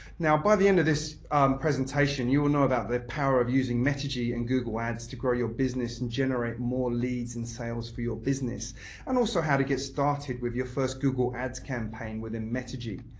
now, by the end of this presentation, you will know about the power of using metigy and google ads to grow your business and generate more leads and sales for your business and also how to get started with your first google ads campaign within metigy.